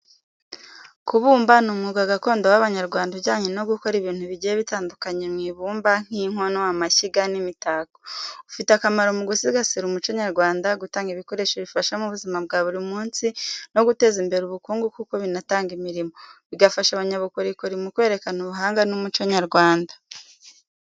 Kubumba ni umwuga gakondo w’Abanyarwanda ujyanye no gukora ibintu bigiye bitandukanye mu ibumba, nk’inkono, amashyiga, n’imitako. Ufite akamaro mu gusigasira umuco nyarwanda, gutanga ibikoresho bifasha mu buzima bwa buri munsi, no guteza imbere ubukungu kuko binatanga imirimo, bigafasha abanyabukorikori mu kwerekana ubuhanga n’umuco nyarwanda.